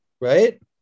right